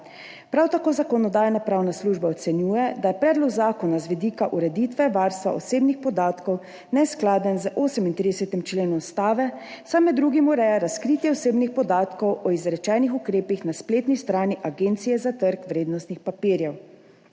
Prav tako Zakonodajno-pravna služba ocenjuje, da je predlog zakona z vidika ureditve varstva osebnih podatkov neskladen z 38. členom Ustave, saj med drugim ureja razkritje osebnih podatkov o izrečenih ukrepih na spletni strani Agencije za trg vrednostnih papirjev.